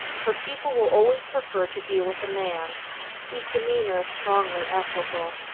for people will always prefer to deal with a man whose demeanour is strongly equable.